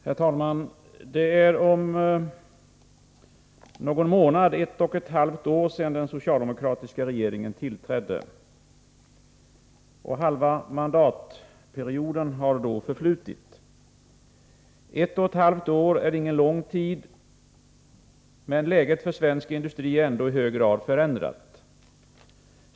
Herr talman! Det är om någon månad ett och ett halvt år sedan den socialdemokratiska regeringen tillträdde. Halva mandatperioden har då förflutit. Ett och ett halvt år är ingen lång tid. Läget för svensk industri är ändå i hög grad förändrat.